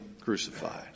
crucified